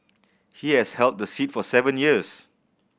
he has held the seat for seven years